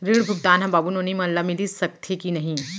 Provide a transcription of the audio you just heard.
ऋण भुगतान ह बाबू नोनी मन ला मिलिस सकथे की नहीं?